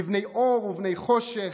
לבני אור ובני חושך,